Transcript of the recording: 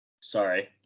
Sorry